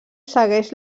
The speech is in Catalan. segueix